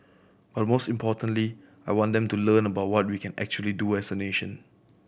but most importantly I want them to learn about what we can actually do as a nation